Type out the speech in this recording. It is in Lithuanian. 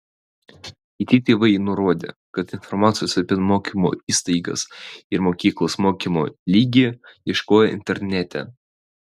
kiti tėvai nurodė kad informacijos apie mokymo įstaigas ir mokyklos mokymo lygį ieškojo internete